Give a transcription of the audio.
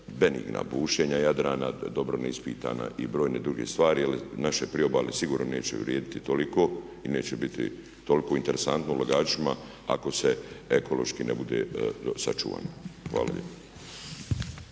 benigna bušenja Jadrana, dobro ne ispitana i brojne druge stvari. Jer naše priobalje sigurno neće vrijediti toliko i neće biti toliko interesantno ulagačima ako se ekološki ne bude sačuvalo. Hvala lijepo.